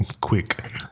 quick